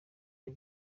byo